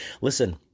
Listen